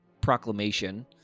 proclamation